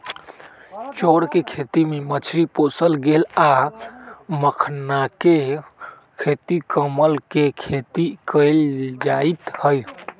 चौर कें खेती में मछरी पोशल गेल आ मखानाके खेती कमल के खेती कएल जाइत हइ